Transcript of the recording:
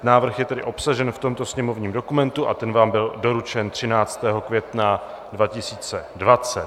Návrh je tedy obsažen v tomto sněmovním dokumentu a ten vám byl doručen 13. května 2020.